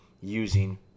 using